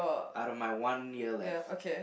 outta my one year left